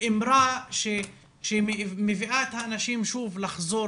האמרה שמביאה את האנשים שוב לחזור